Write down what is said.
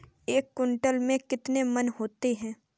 एक क्विंटल में कितने मन होते हैं?